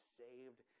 saved